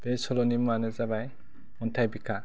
बे सल'नि मुङानो जाबाय अन्थाइ बिखा